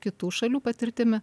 kitų šalių patirtimi